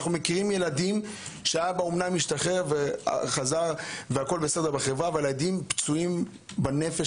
אנחנו מכירים ילדים שהאבא אמנם השתחרר לחברה אבל הילדים פצועים בנפש